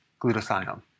glutathione